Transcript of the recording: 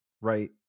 right